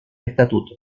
estatuto